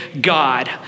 God